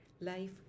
life